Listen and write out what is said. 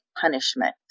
punishment